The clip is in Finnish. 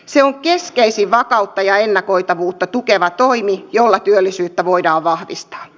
se on keskeisin vakautta ja ennakoitavuutta tukeva toimi jolla työllisyyttä voidaan vahvistaa